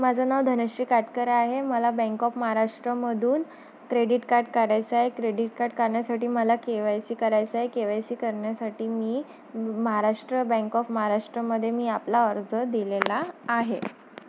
माझं नाव धनश्री काटकर आहे मला बँक ऑफ महाराष्ट्रमधून क्रेडीट कार्ड करायचं आहे क्रेडिट कार्ड करण्यासाठी मला के वाय सी करायचं आहे के वाय सी करण्यासाठी मी महाराष्ट्र बँक ऑफ महाराष्ट्रमध्ये मी आपला अर्ज दिलेला आहे